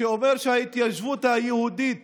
שאומר שההתיישבות היהודית